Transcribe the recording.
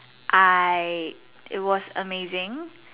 I it was amazing